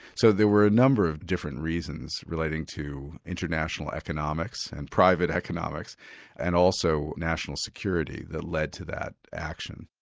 so there were a number of different reasons relating to international economics and private economics and also national security that led to that action.